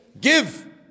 give